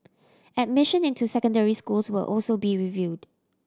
admission into secondary schools will also be reviewed